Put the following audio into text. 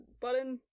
button